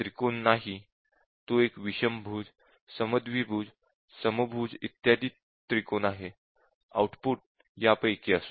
त्रिकोण नाही तो एक विषमभुज समद्विभुज समभुज इत्यादी त्रिकोण आहे आउटपुट यापैकी आहे